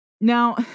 Now